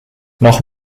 noch